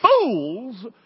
fools